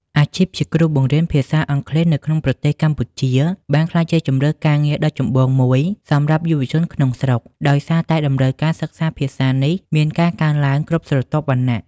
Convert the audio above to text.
អាជីពជាគ្រូបង្រៀនភាសាអង់គ្លេសនៅក្នុងប្រទេសកម្ពុជា បានក្លាយជាជម្រើសការងារដ៏ចម្បងមួយសម្រាប់យុវជនក្នុងស្រុក ដោយសារតែតម្រូវការសិក្សាភាសានេះមានការកើនឡើងគ្រប់ស្រទាប់វណ្ណៈ។